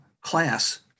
class